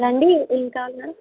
రండి ఏంకావాలి మ్యామ్